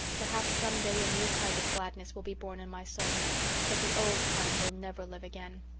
perhaps some day a new kind of gladness will be born in my soul but the old kind will never live again.